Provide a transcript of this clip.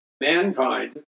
mankind